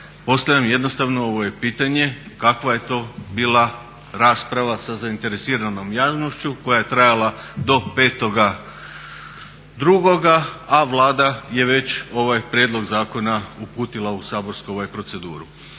postavljam jednostavno ovo je pitanje kakva je to bila rasprava sa zainteresiranom javnošću koja je trajala do 5.2. a Vlada je već ovaj prijedlog zakona uputila u saborsku proceduru.